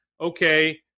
okay